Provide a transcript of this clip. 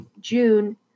June